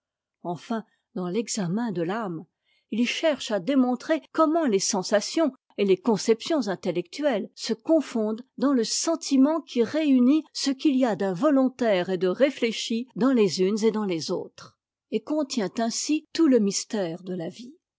enfin dans l'examen de l'âme il cherche à démontrer comment les sensations et les conceptions intellectuelles se confondent dans le sentiment qui réunit ce qu'il y a d'involontaire et de réfléchi dans les unes et dans les autres et contient ainsi tout le mystère de là vie